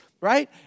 right